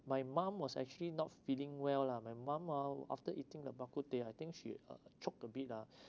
my mum was actually not feeling well lah my mum ah after eating the bak kut teh I think she uh choke a bit ah